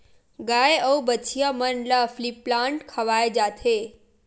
गाय अउ बछिया मन ल फीप्लांट खवाए जाथे